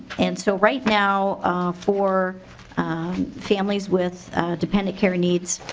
and so right now for families with dependent care needs